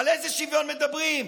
על איזה שוויון מדברים?